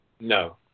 No